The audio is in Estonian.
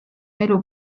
elu